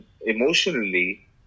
emotionally